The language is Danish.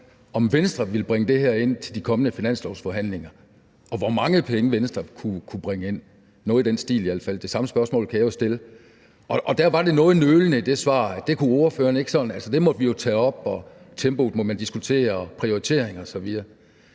om Venstre ville bringe det her ind i de kommende finanslovsforhandlinger, og hvor mange penge Venstre kunne bringe ind – noget i den stil i al fald. Det samme spørgsmål kan jeg jo stille. Og det svar, ordføreren gav, var noget nølende. Det kunne ordføreren ikke sådan sige, for det måtte vi jo tage op, og tempoet og prioriteringerne